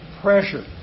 pressure